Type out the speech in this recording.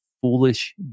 foolish